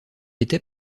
était